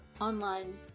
online